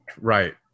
Right